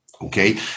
okay